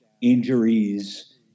injuries